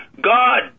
God